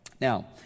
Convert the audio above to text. Now